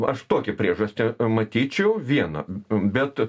aš tokią priežastį matyčiau vieną bet